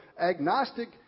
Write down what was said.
agnostic